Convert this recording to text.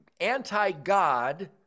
anti-God